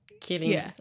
killing